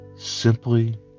simply